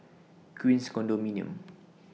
Queens Condominium